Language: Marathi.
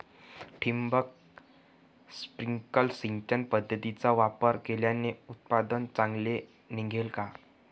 ठिबक, स्प्रिंकल सिंचन पद्धतीचा वापर केल्याने उत्पादन चांगले निघते का?